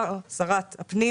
הפנים